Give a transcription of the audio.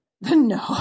No